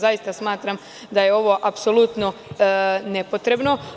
Zaista smatram da je ovo apsolutno nepotrebno.